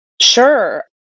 Sure